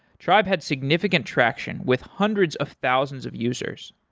tribe had significant traction with hundreds of thousands of users.